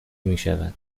میشود